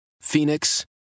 Phoenix